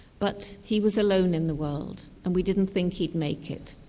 but he was alone in the world and we didn't think he'd make it.